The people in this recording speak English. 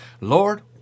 Lord